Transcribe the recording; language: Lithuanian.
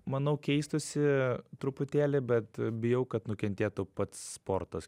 manau keistųsi truputėlį bet bijau kad nukentėtų pats sportas